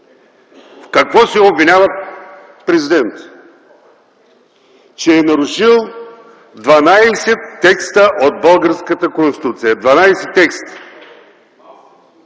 В какво се обвинява Президентът? – че е нарушил 12 текста от българската Конституция, 12 текста!